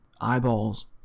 eyeballs